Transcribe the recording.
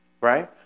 right